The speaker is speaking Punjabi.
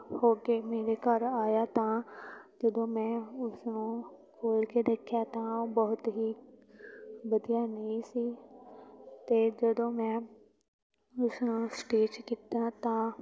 ਹੋ ਕੇ ਮੇਰੇ ਘਰ ਆਇਆ ਤਾਂ ਜਦੋਂ ਮੈਂ ਉਸਨੂੰ ਖੋਲ੍ਹ ਕੇ ਦੇਖਿਆ ਤਾਂ ਉਹ ਬਹੁਤ ਹੀ ਵਧੀਆ ਨਹੀਂ ਸੀ ਅਤੇ ਜਦੋਂ ਮੈਂ ਇਸ ਨੂੰ ਸਟਿੱਚ ਕੀਤਾ ਤਾਂ